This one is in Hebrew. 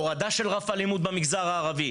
הורדה של רף האלימות במגזר הערבי,